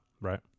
Right